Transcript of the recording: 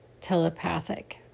telepathic